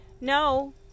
No